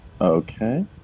Okay